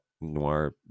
Noir